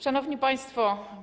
Szanowni Państwo!